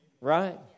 Right